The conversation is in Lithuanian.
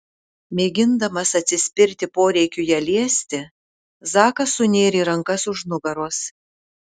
mėgindamas atsispirti poreikiui ją liesti zakas sunėrė rankas už nugaros